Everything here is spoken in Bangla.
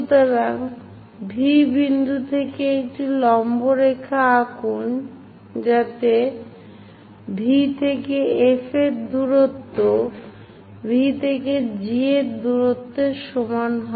সুতরাং V বিন্দু থেকে একটি লম্ব রেখা আঁকুন যাতে V থেকে F এর দূরত্ব V থেকে G দূরত্বের সমান হয়